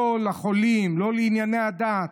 לא לחולים, לא לענייני הדת.